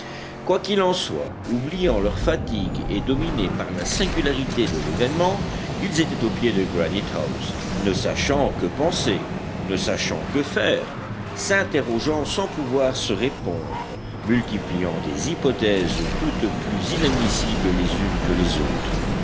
quoi qu'il en soit oubliant leurs fatigues et dominés par la singularité de l'événement ils étaient au pied de granite house ne sachant que penser ne sachant que faire s'interrogeant sans pouvoir se répondre multipliant des hypothèses toutes plus inadmissibles les unes que les autres